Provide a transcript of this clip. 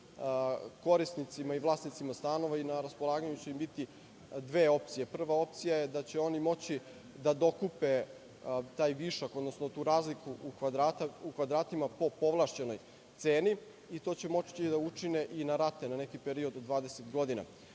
korisnicima i vlasnicima stanova i na raspolaganju će im biti dve opcije. Prva opcija je da će oni moći da dokupe taj višak, odnosno tu razliku u kvadratima po povlašćenoj ceni i to će moći da učine i na rate, na neki period od 20 godina.